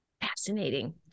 Fascinating